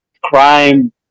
crime